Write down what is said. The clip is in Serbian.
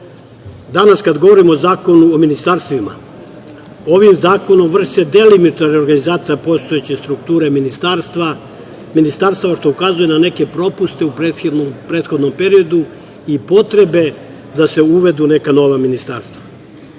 kad govorimo o Zakonu o ministarstvima. Ovim zakonom vrši se delimična reorganizacija postojeće strukture ministarstava, što ukazuje na neke propuste u prethodnom periodu i potrebe da se uvedu neka nova ministarstva. Osnivanje